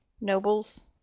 nobles